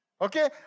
Okay